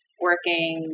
working